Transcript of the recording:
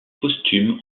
posthume